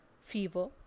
fever